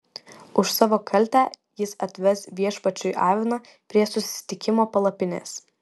už savo kaltę jis atves viešpačiui aviną prie susitikimo palapinės